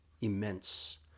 immense